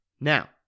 Now